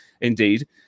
indeed